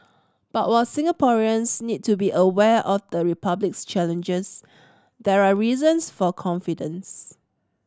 but while Singaporeans need to be aware of the Republic's challenges there are reasons for confidence